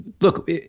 look